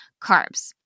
carbs